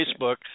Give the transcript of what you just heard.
Facebook